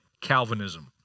Calvinism